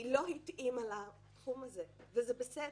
היא לא התאימה לתחום הזה, וזה בסדר.